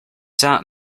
sat